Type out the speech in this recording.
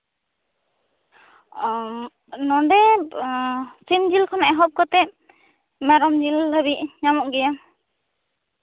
ᱚ ᱱᱚᱰᱮ ᱥᱤᱢ ᱡᱤᱞ ᱠᱷᱚᱱ ᱮᱦᱚᱵ ᱠᱟᱛᱮᱜ ᱢᱮᱨᱚᱢ ᱡᱤᱞ ᱦᱟᱹᱨᱤᱡ ᱧᱟᱢᱚᱜ ᱜᱮᱭᱟ